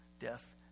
death